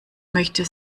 möchten